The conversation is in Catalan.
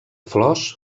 flors